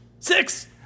Six